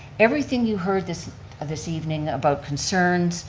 everything you heard this this evening about concerns,